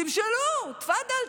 תמשלו, תפדל.